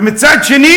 ומצד שני